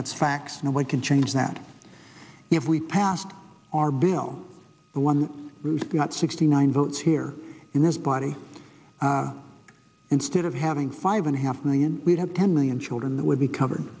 that's facts and we can change that if we passed our bill the one who's got sixty nine votes here in this body instead of having five and a half million we'd have ten million children that would be covered